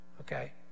okay